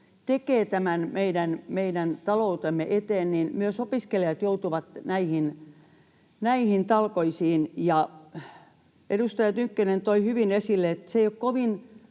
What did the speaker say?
tekee tämän meidän taloutemme eteen, niin myös opiskelijat joutuvat näihin talkoisiin. Ja edustaja Tynkkynen toi hyvin esille, että se ei ole